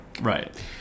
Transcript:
right